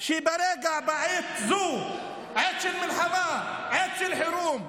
כשבעת זו, עת של מלחמה, עת של חירום,